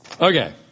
Okay